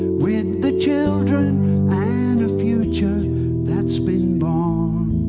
with the children and a future that's been born.